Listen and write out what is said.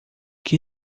que